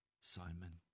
Simon